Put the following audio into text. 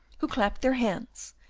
who clapped their hands,